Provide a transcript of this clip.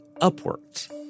upwards